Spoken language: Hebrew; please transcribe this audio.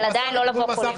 אבל עדיין לא לבוא חולים.